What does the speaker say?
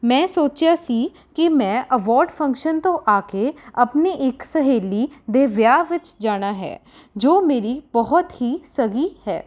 ਮੈਂ ਸੋਚਿਆ ਸੀ ਕਿ ਮੈਂ ਅਵਾਰਡ ਫੰਕਸ਼ਨ ਤੋਂ ਆ ਕੇ ਆਪਣੇ ਇੱਕ ਸਹੇਲੀ ਦੇ ਵਿਆਹ ਵਿੱਚ ਜਾਣਾ ਹੈ ਜੋ ਮੇਰੀ ਬਹੁਤ ਹੀ ਸਗੀ ਹੈ